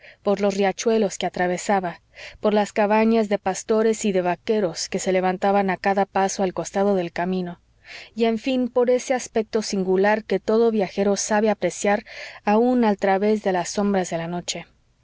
por los riachuelos que atravesaba por las cabañas de pastores y de vaqueros que se levantaban a cada paso al costado del camino y en fin por ese aspecto singular que todo viajero sabe apreciar aun al través de las sombras de la noche